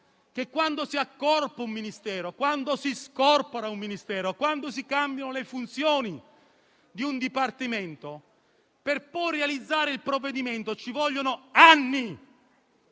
che quando si accorpa o si scorpora un Ministero, quando si cambiano le funzioni di un dipartimento, per realizzare il provvedimento ci vogliono poi